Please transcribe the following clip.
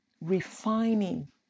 Refining